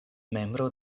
membro